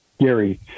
Gary